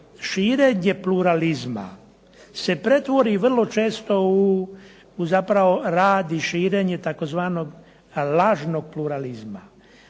širenje pluralizma se pretvori vrlo često u zapravo rad i širenje tzv. lažnog pluralizma.